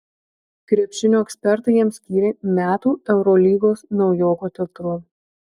krepšinio ekspertai jam skyrė metų eurolygos naujoko titulą